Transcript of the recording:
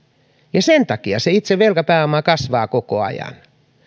ja sen takia se itse velkapääoma kasvaa koko ajan tämä